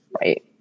right